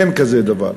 אין כזה דבר.